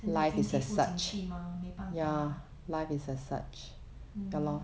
现在经济不景气嘛没办法